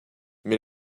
mais